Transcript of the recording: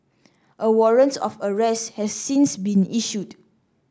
a warrant of arrest has since been issued